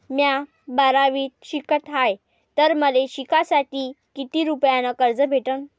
म्या बारावीत शिकत हाय तर मले शिकासाठी किती रुपयान कर्ज भेटन?